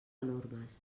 enormes